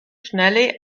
schnelle